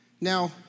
Now